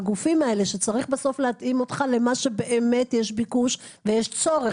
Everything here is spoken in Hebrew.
שצריך בסוף להתאים אותך למה שבאמת יש ביקוש ויש צורך,